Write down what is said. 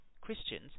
Christians